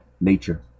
nature